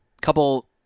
Couple